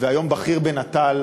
והיום בכיר בנט"ל,